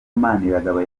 maniragaba